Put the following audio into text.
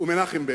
ומנחם בגין.